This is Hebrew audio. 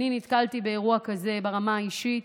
נתקלתי באירוע כזה ברמה האישית.